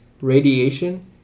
radiation